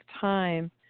time